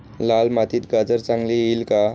लाल मातीत गाजर चांगले येईल का?